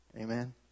Amen